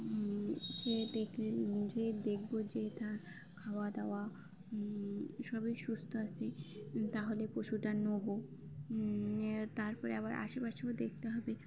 সে দেখলে যে দেখব যে তার খাওয়া দাওয়া সবই সুস্থ আসে তাহলে পশুটা নোব তারপরে আবার আশেপাশেও দেখতে হবে